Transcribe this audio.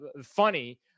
funny